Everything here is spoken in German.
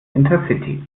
intercity